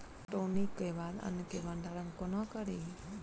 कटौनीक बाद अन्न केँ भंडारण कोना करी?